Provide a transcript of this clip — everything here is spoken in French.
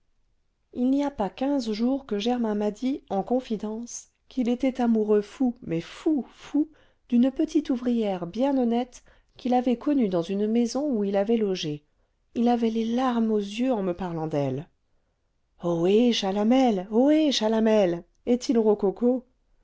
il n'y a pas quinze jours que germain m'a dit en confidence qu'il était amoureux fou mais fou fou d'une petite ouvrière bien honnête qu'il avait connue dans une maison où il avait logé il avait les larmes aux yeux en me parlant d'elle ohé chalamel ohé chalamel est-il rococo